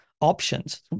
options